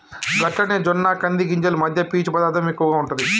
గట్లనే జొన్న కంది గింజలు మధ్య పీచు పదార్థం ఎక్కువగా ఉంటుంది